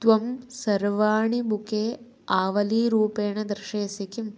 त्वं सर्वाणि बुके आवलीरूपेण दर्शयसि किम्